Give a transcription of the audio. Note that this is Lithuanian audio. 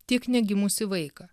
tiek negimusį vaiką